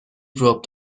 dropped